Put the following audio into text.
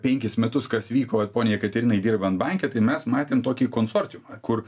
penkis metus kas vyko ir poniai jekaterinai dirbant banke tai mes matėm tokį konsortiumą kur